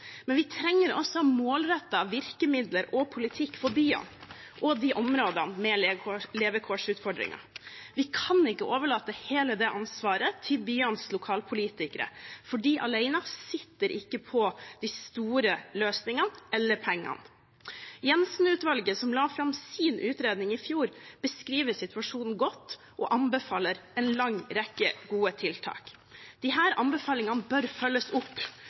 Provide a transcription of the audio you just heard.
Men vi trenger også målrettede virkemidler og politikk for byene og de områdene med levekårsutfordringer. Vi kan ikke overlate hele det ansvaret til byenes lokalpolitikere, for de alene sitter ikke på de store løsningene eller pengene. Jenssen-utvalget, som la fram sin utredning i fjor, beskriver situasjonen godt og anbefaler en lang rekke gode tiltak. Disse anbefalingene bør følges opp,